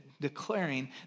declaring